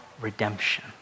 redemption